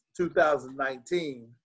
2019